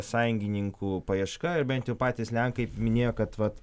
sąjungininkų paieška ar bent jau patys lenkai minėjo kad vat